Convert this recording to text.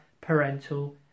parental